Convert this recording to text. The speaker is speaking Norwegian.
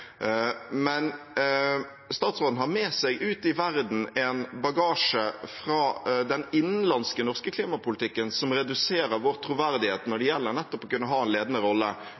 Statsråden har med seg ut i verden en bagasje fra den innenlandske norske klimapolitikken som reduserer vår troverdighet når det gjelder nettopp det å kunne ha en ledende rolle